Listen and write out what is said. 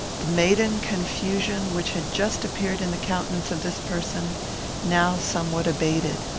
the maiden confusion which had just appeared in the countenance of this person now somewhat abated.